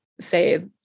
say